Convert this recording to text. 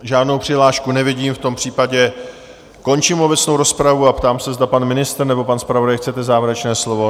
Žádnou přihlášku nevidím, v tom případě končím obecnou rozpravu a ptám se, zda pan ministr nebo pan zpravodaj chcete závěrečné slovo?